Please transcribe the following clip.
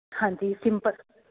ਹਾਂਜੀ ਸਿੰਪਲ